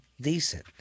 decent